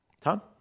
Tom